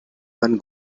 one